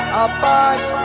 apart